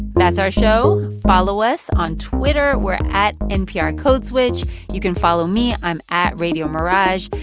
that's our show. follow us on twitter. we're at nprcodeswitch. you can follow me. i'm at radiomirage.